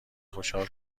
خوشحال